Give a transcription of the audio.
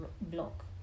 block